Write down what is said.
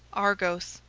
argos,